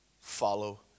follow